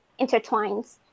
intertwines